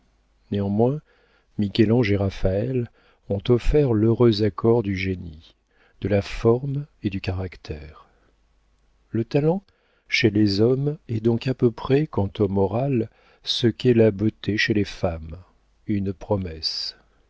néanmoins michel-ange et raphaël ont offert l'heureux accord du génie et de la forme du caractère le talent chez les hommes est donc à peu près quant au moral ce qu'est la beauté chez les femmes une promesse